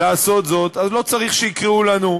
לעשות זאת, אז לא צריך שיקראו לנו.